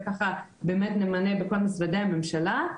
וככה באמת נמנה בכל משרדי הממשלה.